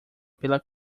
pela